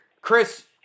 Chris